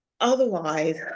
otherwise